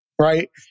right